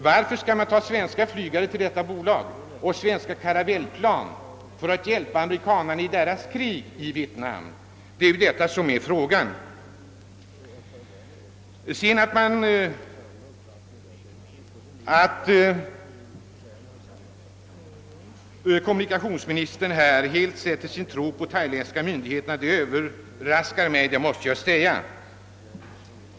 Varför skall svenska flygare anlitas i det bolaget, och varför skickas svenska caravelleplan som innebär hjälp till USA i deras krig i Vietnam? Sedan måste jag säga att det överraskar mig att kommunikationsministern sätter sådan lit till de thailändska myndigheterna.